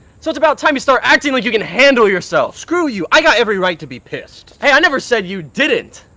so it's about time you start acting like you can handle yourself! screw you! i've got every right to be pissed! hey i never said you didn't!